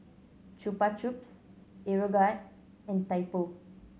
Chupa Chups Aeroguard and Typo